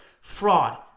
Fraud